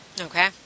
Okay